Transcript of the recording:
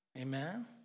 Amen